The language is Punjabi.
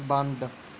ਬੰਦ